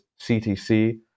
CTC